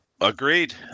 Agreed